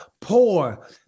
poor